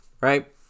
right